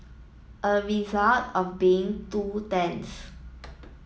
a result of being two tents